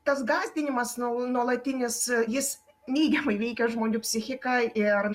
tas gąsdinimas nuolatinis jis neigiamai veikia žmonių psichiką ir